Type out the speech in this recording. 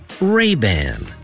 Ray-Ban